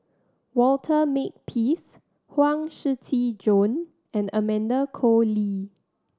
Walter Makepeace Huang Shiqi Joan and Amanda Koe Lee